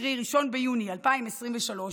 קרי 1 ביוני 2023,